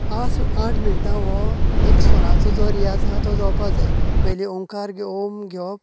आस् आठ मिनटां हो एक स्वराचो रियाज आसा तो जावपा जाय पयली ओमकार घेवन ओम घेवप